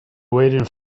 waiting